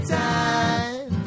time